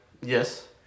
Yes